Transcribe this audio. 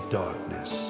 darkness